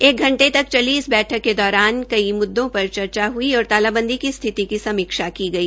एक घंटे तक चली इस बैठक के दौरान कई मुद्दों पर चर्चा हई और तालाबंदी की स्थिति की समीक्षा की गई